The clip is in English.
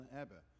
hebben